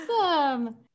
Awesome